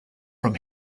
from